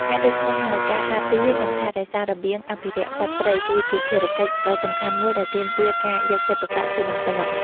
ហេតុដូច្នេះហើយ ការការពារ និងថែរក្សារបៀងអភិរក្សសត្វព្រៃ គឺជាភារកិច្ចដ៏សំខាន់មួយដែលទាមទារការយកចិត្តទុកដាក់ជាបន្ទាន់។